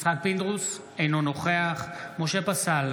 אינו נוכח משה פסל,